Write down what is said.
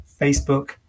Facebook